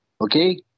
Okay